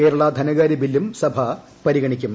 കേരള ധനകാര്യ ബില്ലും സഭ പരിഗണിക്കും